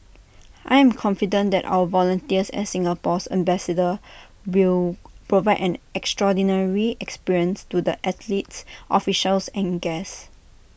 I am confident that our volunteers as Singapore's ambassadors will provide an extraordinary experience to the athletes officials and guests